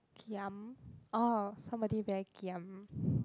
giam orh somebody very giam